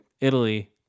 Italy